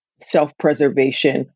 self-preservation